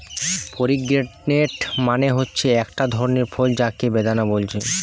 pomegranate মানে হচ্ছে একটা ধরণের ফল যাকে বেদানা বলছে